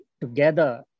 together